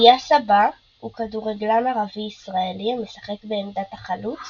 דיא סבע הוא כדורגלן ערבי-ישראלי המשחק בעמדת החלוץ